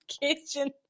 kitchen